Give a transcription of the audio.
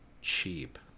cheap